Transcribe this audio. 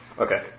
Okay